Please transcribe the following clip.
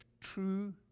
true